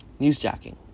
Newsjacking